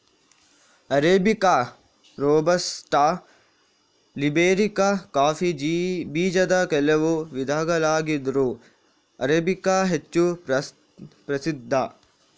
arabica, robusta, liberica coffee ಬೀಜದ ಕೆಲವು ವಿಧಗಳಾಗಿದ್ರೂ ಅರೇಬಿಕಾ ಹೆಚ್ಚು ಪ್ರಸಿದ್ಧ